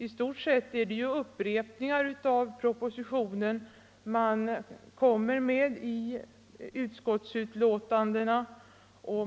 I stort sett är det upprepningar av propositionen som utskotten framfört i utskottsbetänkandena.